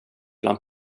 bland